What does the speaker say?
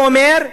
הוא אומר,